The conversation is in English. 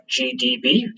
GDB